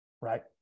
right